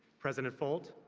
president folt,